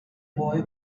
boy